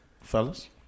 fellas